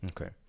Okay